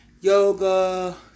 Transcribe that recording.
yoga